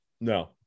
No